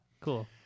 Cool